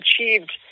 achieved